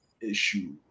issue